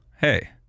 hey